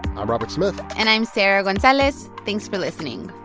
i'm robert smith and i'm sarah gonzalez. thanks for listening